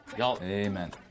Amen